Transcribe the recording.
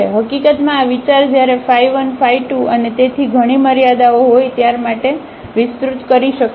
હકીકતમાં આ વિચાર જ્યારે 1 2 અને તેથી ઘણી મર્યાદાઓ હોય ત્યારે માટે વિસ્તૃત કરી શકાય છે